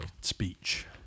speech